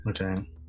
Okay